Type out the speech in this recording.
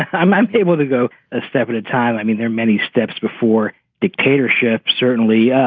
i'm i'm able to go a step at a time. i mean, there are many steps before dictatorship, certainly,